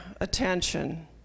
attention